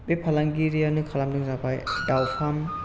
बे फालांगिरियानो खालामदों जाबाय दाव फार्म